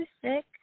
sick